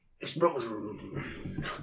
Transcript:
Explosion